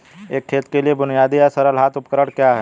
एक खेत के लिए बुनियादी या सरल हाथ उपकरण क्या हैं?